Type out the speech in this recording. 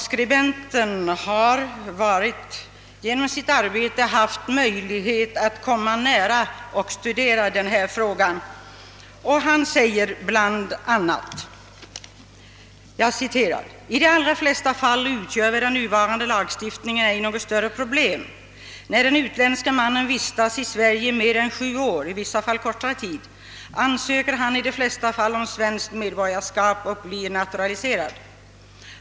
Skribenten som genom sitt arbete ingående kunnat studera denna fråga framhöll bl.a. följande: »I de allra flesta fall utgör väl den nuvarande lagstiftningen ej något större problem. När den utländske mannen vistats i Sverige i mer än sju år ansöker han i de flesta fall om svenskt medborgarskap och blir naturaliserad.